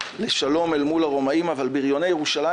לשלום אל מול הרומאים אבל ביריוני ירושלים